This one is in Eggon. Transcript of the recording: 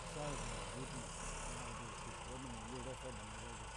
si gan gno zga utmu han algo shkoshkoo ga ori fa daa moa gogon.